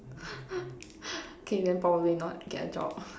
okay then probably not get a job